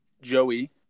Joey